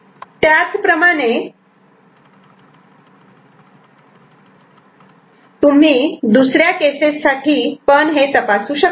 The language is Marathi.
त्याचप्रमाणे तुम्ही दुसऱ्या केसेस साठी पण हे तपासू शकतात